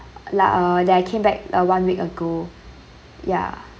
like uh that I came back uh one week ago ya